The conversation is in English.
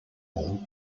mall